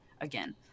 again